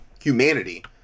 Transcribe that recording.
humanity